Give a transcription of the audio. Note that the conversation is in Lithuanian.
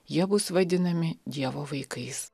jie bus vadinami dievo vaikais